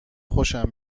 خوشم